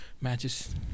matches